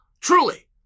Truly